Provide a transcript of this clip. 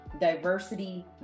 Diversity